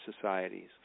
societies